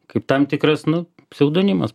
kaip tam tikras nu pseudonimas